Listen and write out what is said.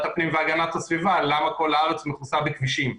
הפנים והגנת הסביבה על למה כל הארץ מכוסה בכבישים.